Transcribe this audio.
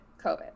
COVID